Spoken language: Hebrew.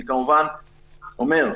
אני כמובן אומר,